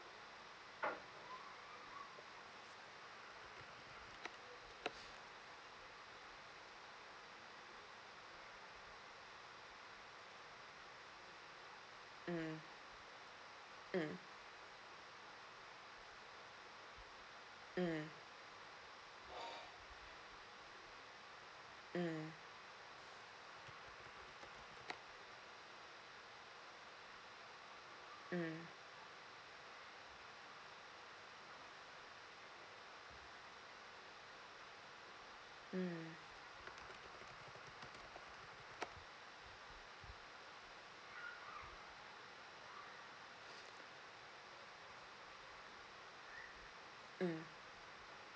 mm mm mm mm mm mm mm